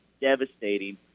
devastating